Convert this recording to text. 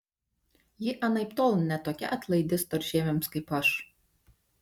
ji anaiptol ne tokia atlaidi storžieviams kaip aš